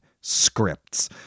scripts